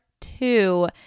two